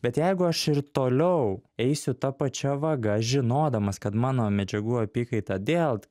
bet jeigu aš ir toliau eisiu ta pačia vaga žinodamas kad mano medžiagų apykaita dėl